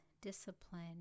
discipline